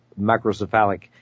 microcephalic